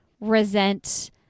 resent